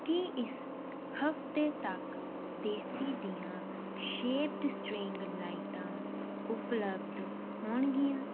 ਕੀ ਇਸ ਹਫਤੇ ਤੱਕ ਦੇਸੀ ਦੀਆ ਸ਼ੇਪਡ ਸਟ੍ਰਿੰਗ ਲਾਈਟਾਂ ਉਪਲਬਧ ਹੋਣਗੀਆਂ